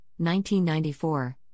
1994